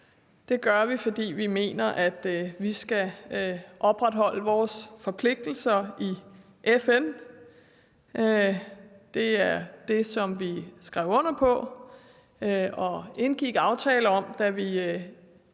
det gør vi, fordi vi mener, at vi skal opretholde vores forpligtelser i FN. Det var det, som vi skrev under på og indgik en aftale om, da vi